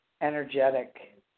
energetic